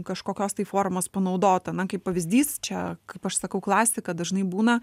kažkokios tai formos panaudota na kaip pavyzdys čia kaip aš sakau klasika dažnai būna